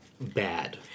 bad